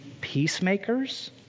peacemakers